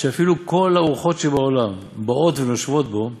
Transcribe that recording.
שאפילו כל הרוחות שבעולם באות ונושבות בו